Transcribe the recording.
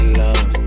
love